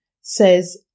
says